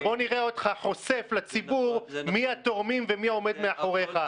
ובוא נראה אותך חושף לציבור מי התורמים ומי עומד מאחוריך.